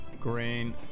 Green